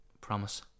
Promise